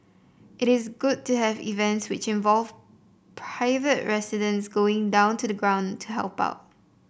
it is good to have events which involve private residents going down to the ground to help out